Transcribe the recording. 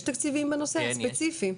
יש תקציבים בנושא הספציפי?